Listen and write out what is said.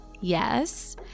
yes